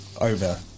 over